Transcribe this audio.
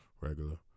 regular